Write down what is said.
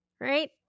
right